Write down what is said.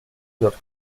york